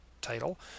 title